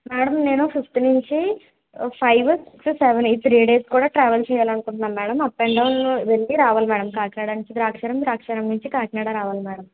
madam నేను fifth నుంచి five six seven eight three days కూడా ట్రావెల్ చేయాలి అనుకుంటున్నాను మేడం అప్ ఎండ్ డౌన్ వెళ్ళి రావాలి మేడం కాకినాడ నుండి ద్రాక్షారామం ద్రాక్షారామం నుండి కాకినాడ రావాలి మేడం